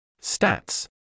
Stats